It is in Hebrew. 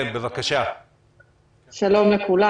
שלום לכולם.